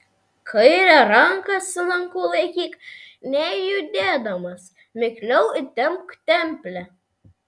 kairę ranką su lanku laikyk nejudėdamas mikliau įtempk templę